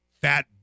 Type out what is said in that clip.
fat